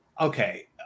okay